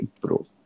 pro